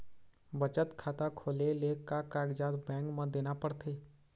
बचत खाता खोले ले का कागजात बैंक म देना पड़थे?